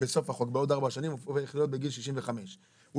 בעוד ארבע שנים הוא הופך להיות בגיל 65. הוא